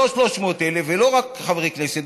לא 300,000 ולא רק חברי כנסת,